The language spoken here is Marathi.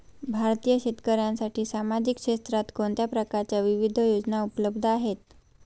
भारतीय शेतकऱ्यांसाठी सामाजिक क्षेत्रात कोणत्या प्रकारच्या विविध योजना उपलब्ध आहेत?